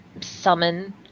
summon